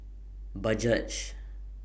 Bajaj